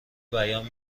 بیان